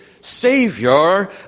Savior